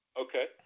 Okay